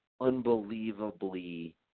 unbelievably